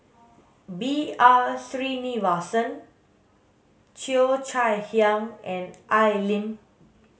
B R Sreenivasan Cheo Chai Hiang and Al Lim